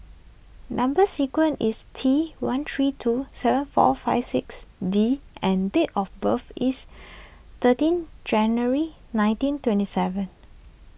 Number Sequence is T one three two seven four five six D and date of birth is thirteen January nineteen twenty seven